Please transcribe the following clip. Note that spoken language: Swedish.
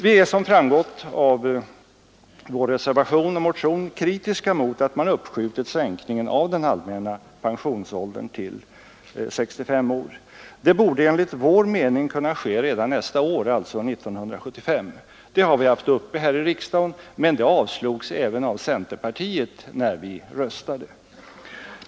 Såsom framgår av vår motion och reservation är vi kritiska mot att sänkningen av den allmänna pensionsåldern till 65 år uppskjuts. Enligt vår mening borde denna sänkning kunna ske redan nästa år, alltså 1975. Vårt förslag har varit uppe i riksdagen, men det avslogs även av centerpartiet vid omröstningen.